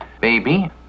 baby